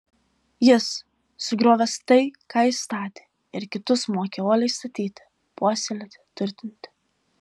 jis sugriovęs tai ką ji statė ir kitus mokė uoliai statyti puoselėti turtinti